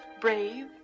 brave